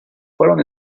fueron